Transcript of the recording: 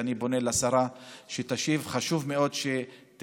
ואני פונה לשרה שתשיב: חשוב מאוד שתהיה,